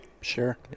sure